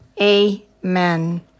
Amen